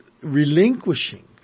relinquishing